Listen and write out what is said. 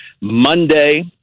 Monday